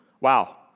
Wow